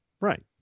Right